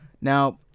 Now